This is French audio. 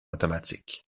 automatiques